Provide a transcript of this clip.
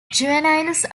juveniles